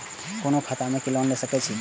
कोन खाता में लोन ले सके छिये?